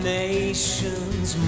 nations